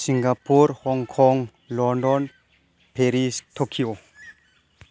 Singapore Hong Kong London Paris Tokyo